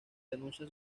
denuncia